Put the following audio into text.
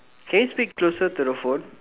can you speak closer to the phone